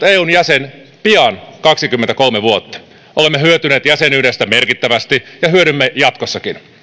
eun jäsen pian kaksikymmentäkolme vuotta olemme hyötyneet jäsenyydestä merkittävästi ja hyödymme jatkossakin